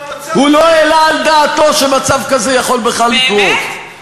שאתה האחרון שיכול לשאת את שמו,